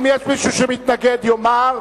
אם יש מישהו שמתנגד, יאמר.